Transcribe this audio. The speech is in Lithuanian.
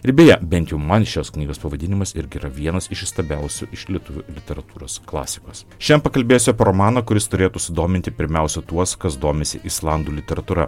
ir beje bent jau man šios knygos pavadinimas irgi yra vienas iš įstabiausių iš lietuvių literatūros klasikos šian pakalbėsiu romaną kuris turėtų sudominti pirmiausia tuos kas domisi islandų literatūra